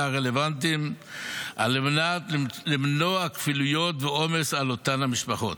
הרלוונטיים על מנת למנוע כפילויות ועומס על אותן משפחות.